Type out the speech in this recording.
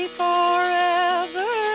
forever